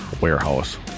warehouse